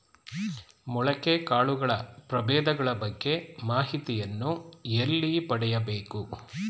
ಮೊಳಕೆ ಕಾಳುಗಳ ಪ್ರಭೇದಗಳ ಬಗ್ಗೆ ಮಾಹಿತಿಯನ್ನು ಎಲ್ಲಿ ಪಡೆಯಬೇಕು?